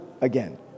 again